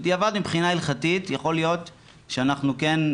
בדיעבד מבחינה הלכתית יכול להיות שאנחנו כן,